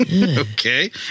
Okay